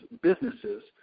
businesses